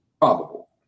probable